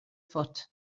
foot